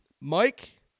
Mike